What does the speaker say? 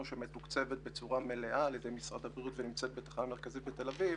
שמתוקצבת בצורה מלאה על ידי משרד הבריאות ונמצאת בתחנה המרכזית בתל אביב,